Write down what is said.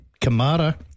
Kamara